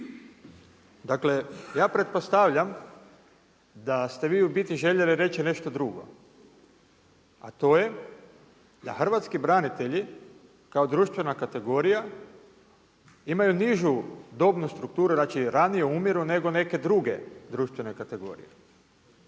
Dakle, ja pretpostavljam da ste vi u biti željeli reći nešto drugo, a to je da hrvatski branitelji, kao društvena kategorija, imaju nižu dobnu strukturu, znači ranije umiru, nego neke druge društvene kategorije.